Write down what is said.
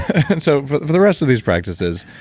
and so for the rest of these practices,